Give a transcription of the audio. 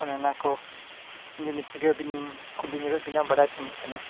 ᱚᱱ ᱚᱱᱟ ᱠᱚ ᱡᱤᱱᱤᱥ ᱜᱮ ᱟᱹᱵᱤᱱᱤᱧ ᱠᱩᱞᱤ ᱧᱚᱜᱮᱜ ᱵᱮᱱᱟ ᱵᱟᱲᱟᱭ ᱥᱟᱱᱟᱧ ᱠᱟᱱᱟ